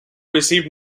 received